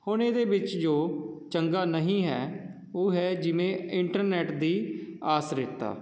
ਹੁਣ ਇਹਦੇ ਵਿੱਚ ਜੋ ਚੰਗਾ ਨਹੀਂ ਹੈ ਉਹ ਹੈ ਜਿਵੇਂ ਇੰਟਰਨੈਟ ਦੀ ਆਸਰੇਤਾ